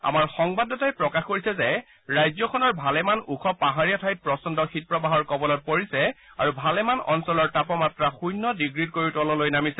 আমাৰ সংবাদদাতাই প্ৰকাশ কৰিছে যে ৰাজ্যখনৰ ভালেমান ওখ পাহাৰীয়া ঠাইত প্ৰচণু শীত প্ৰবাহৰ কবলত পৰিছে আৰু ভালেমান অঞ্চলৰ তাপমাত্ৰা শৃন্য ডিগ্ৰীতকৈও তললৈ নামিছে